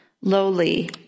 lowly